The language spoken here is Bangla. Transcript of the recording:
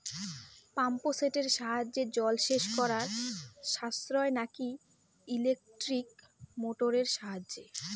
পাম্প সেটের সাহায্যে জলসেচ করা সাশ্রয় নাকি ইলেকট্রনিক মোটরের সাহায্যে?